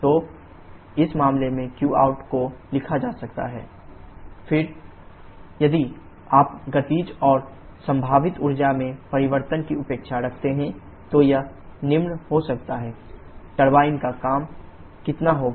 तो इस मामले में qout को लिखा जा सकता है qoute3 e4 और फिर यदि आप गतिज और संभावित ऊर्जा में परिवर्तन की उपेक्षा करते हैं तो यह निम्न हो जाता है ℎ3 − ℎ4 टरबाइन का काम कितना होगा